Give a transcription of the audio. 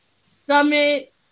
Summit